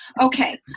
Okay